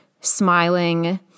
smiling